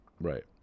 Right